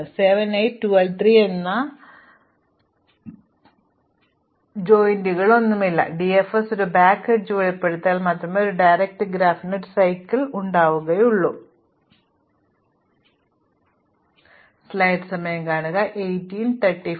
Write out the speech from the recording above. അതിനാൽ 7 8 12 13 എന്നീ കവലകളൊന്നുമില്ല അതിനാൽ DFS ഒരു ബാക്ക് എഡ്ജ് വെളിപ്പെടുത്തുകയാണെങ്കിൽ മാത്രമേ ഒരു ഡയറക്ട് ഗ്രാഫിന് ഒരു ചക്രം ഉണ്ടാവുകയുള്ളൂ മാത്രമല്ല നമുക്ക് അരികുകൾ ഫോർവേഡ് അരികുകളോ പിന്നോക്ക അരികുകളോ ക്രോസ് അരികുകളോ ആണെന്ന് തരംതിരിക്കാം